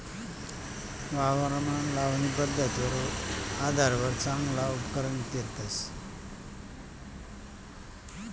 वावरमा लावणी पध्दतवर आधारवर चांगला उपकरण लेतस